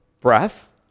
breath